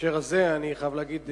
בהקשר הזה אני חייב להגיד,